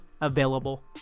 available